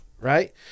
right